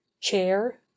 Chair